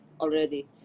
already